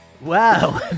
Wow